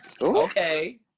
okay